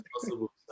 possible